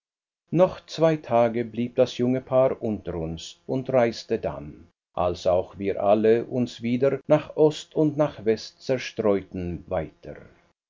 noch zwei tage blieb das junge paar unter uns und reiste dann als auch wir alle uns wieder nach ost und nach west zerstreuten weiter